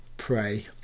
pray